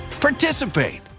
participate